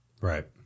right